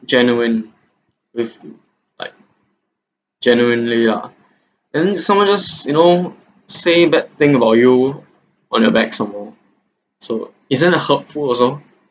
genuine with you like genuinely ah then someone just you know say bad thing about you on your back some more so isn't it hurtful also